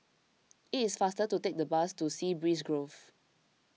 it is faster to take the bus to Sea Breeze Grove